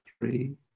three